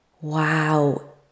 wow